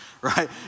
right